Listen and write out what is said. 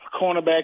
cornerback